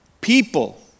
people